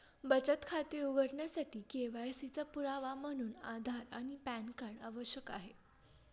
बचत खाते उघडण्यासाठी के.वाय.सी चा पुरावा म्हणून आधार आणि पॅन कार्ड आवश्यक आहे